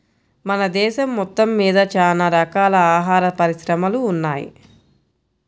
మన దేశం మొత్తమ్మీద చానా రకాల ఆహార పరిశ్రమలు ఉన్నయ్